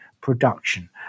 production